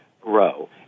grow